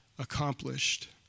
accomplished